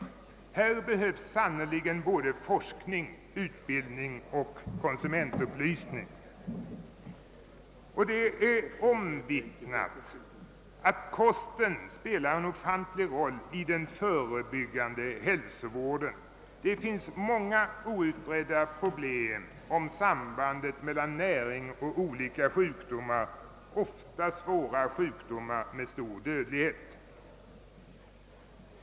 Här behövs sannerligen forskning, utbildning och konsumentupplysning. Det är omvittnat att kosten spelar en ofantlig roll i den förebyggande hälsovården. Det finns många outredda problem om sambandet mellan näring och olika sjukdomar, ofta svåra sjukdomar med stor dödlighet.